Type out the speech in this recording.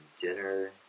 dinner